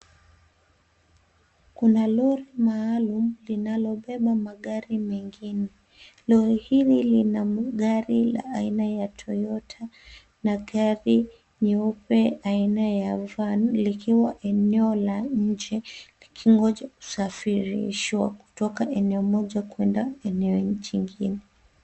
Kuna lori maalum linalobeba magari mengine. Lori hili lina gari aina ya toyota na gari lingine aina ya van likiwa eneo la nje, zikingoja kusafirishwa kutoka eneo moja kwenda eneo jingine.